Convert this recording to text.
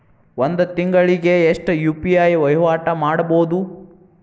ಒಂದ್ ತಿಂಗಳಿಗೆ ಎಷ್ಟ ಯು.ಪಿ.ಐ ವಹಿವಾಟ ಮಾಡಬೋದು?